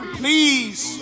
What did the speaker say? please